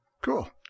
Cool